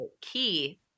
Key